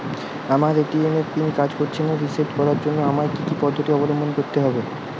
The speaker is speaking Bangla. আমার এ.টি.এম এর পিন কাজ করছে না রিসেট করার জন্য আমায় কী কী পদ্ধতি অবলম্বন করতে হবে?